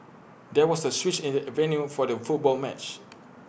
there was A switch in the avenue for the football match